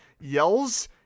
yells